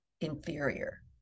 inferior